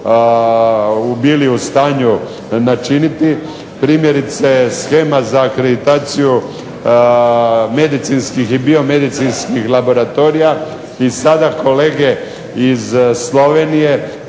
bili u stanju načiniti. Primjerice, shema za akreditaciju medicinskih i biomedicinskih laboratorija i sada kolege iz Slovenije